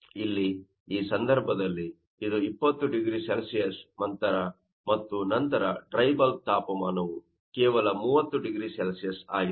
ಆದ್ದರಿಂದ ಇಲ್ಲಿ ಈ ಸಂದರ್ಭದಲ್ಲಿ ಇದು 20 0C ಮತ್ತು ನಂತರ ಡ್ರೈ ಬಲ್ಬ್ ತಾಪಮಾನವು ಕೇವಲ 30 0C ಆಗಿದೆ